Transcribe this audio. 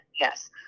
yes